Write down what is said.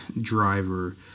driver